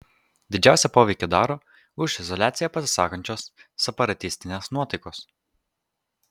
didžiausią poveikį daro už izoliaciją pasisakančios separatistinės nuotaikos